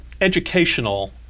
educational